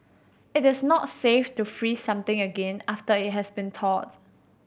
it is not safe to freeze something again after it has been thawed